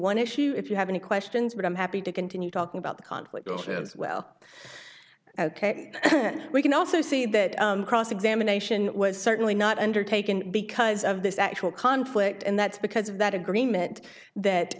one issue if you have any questions but i'm happy to continue talking about the conflict as well ok we can also see that cross examination was certainly not undertaken because of this actual conflict and that's because of that agreement that